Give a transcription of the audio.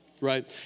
right